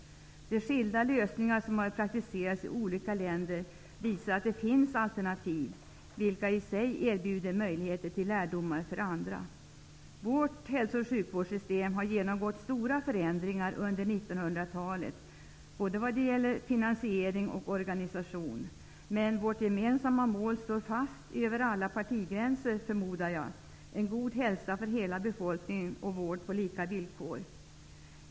De skilda lösningar som har praktiserats i olika länder visar att det finns alternativ, vilka i sig erbjuder möjligheter till lärdomar för andra. Vårt hälso och sjukvårdssystem har genomgått stora förändringar under 1900-talet vad gäller både finansiering och organisation. Men vårt gemensamma mål står fast -- över alla partigränser, förmodar jag: en god hälsa för hela befolkningen och vård på lika villkor.